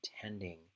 attending